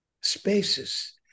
spaces